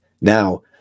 Now